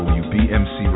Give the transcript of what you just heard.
wbmc